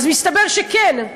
אז מסתבר שכן,